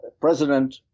President